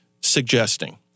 suggesting